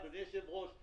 אדוני היושב-ראש,